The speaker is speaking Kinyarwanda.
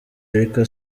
rica